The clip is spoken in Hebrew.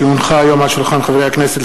כי הונחו היום על שולחן הכנסת,